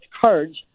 cards